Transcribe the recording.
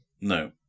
No